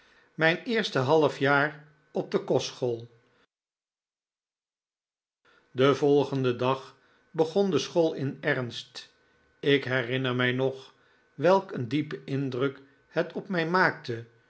mijn eerste halfjaar op de kostschool den volgenden dag begon de school in ernst ik herinner mij nog welk een diepen indruk het op mij maakte